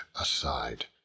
aside